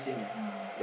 your